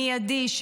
מיידי,